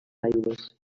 aigües